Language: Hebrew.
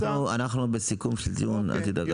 נעשה זאת בסיכום הדיון, אל תדאג.